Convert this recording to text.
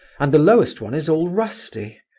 and the lowest one is all rusty